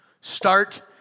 start